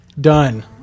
Done